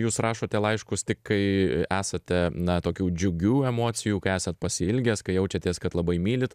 jūs rašote laiškus tik kai esate na tokių džiugių emocijų kai esat pasiilgęs kai jaučiatės kad labai mylit